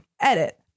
Edit